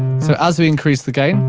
so as we increase the gain,